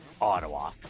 Ottawa